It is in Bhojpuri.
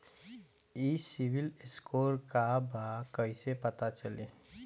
ई सिविल स्कोर का बा कइसे पता चली?